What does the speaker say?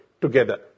together